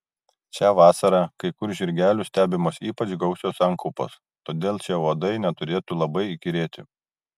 šią vasarą kai kur žirgelių stebimos ypač gausios sankaupos todėl čia uodai neturėtų labai įkyrėti